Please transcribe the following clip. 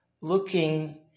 looking